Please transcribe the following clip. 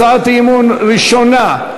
הצעת האי-אמון הראשונה: